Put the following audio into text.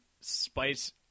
Spice